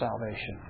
salvation